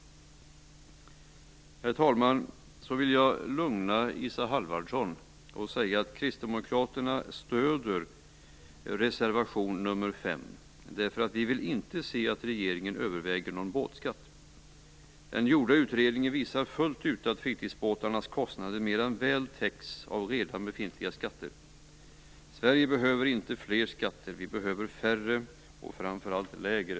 Herr talman! Så vill jag lugna Isa Halvarsson och säga att Kristdemokraterna stöder reservation nr 5 därför att vi inte vill se att regeringen överväger någon båtskatt. Den gjorda utredningen visar fullt ut att fritidsbåtarnas kostnader mer än väl täcks av redan befintliga skatter. Sverige behöver inte fler skatter, vi behöver färre och framför allt lägre.